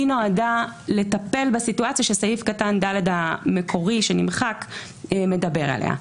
היא נועדה לטפל בסיטואציה שסעיף קטן (ד) המקורי שנמחק מדבר עליה.